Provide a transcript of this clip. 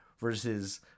versus